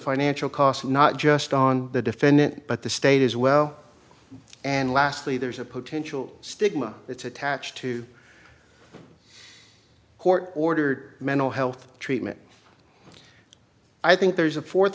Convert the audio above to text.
financial cost not just on the defendant but the state as well and lastly there's a potential stigma that's attached to court ordered mental health treatment i think there's a fourth